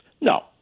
No